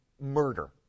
murder